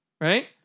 right